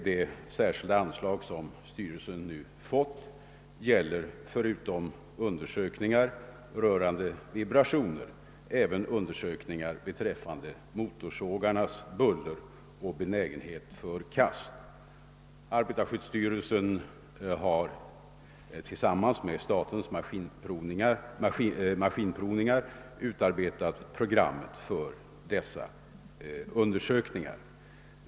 Det särskilda anslag som styrelsen nu fått gäller förutom undersökningar rörande = vibrationer även undersökningar beträffande motorsågarnas buller och benägenhet för kast. Arbetarskyddsstyrelsen har tillsammans med statens maskinprovning ar utarbetat program för dessa undersökningar.